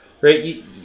right